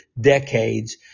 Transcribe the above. decades